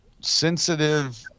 sensitive